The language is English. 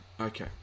Okay